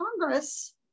Congress